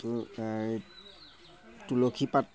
ত তুলসী পাত